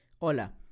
Hola